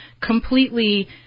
completely